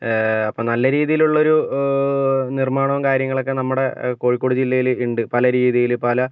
അപ്പോൾ നല്ല രീതിയിലുള്ളൊരു നിർമ്മാണവും കാര്യങ്ങളൊക്കെ നമ്മുടെ കോഴിക്കോട് ജില്ലയിൽ ഉണ്ട് പല രീതിയിൽ പല